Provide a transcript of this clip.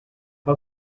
how